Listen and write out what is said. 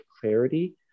clarity